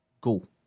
go